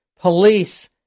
police